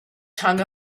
tongue